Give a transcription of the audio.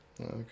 Okay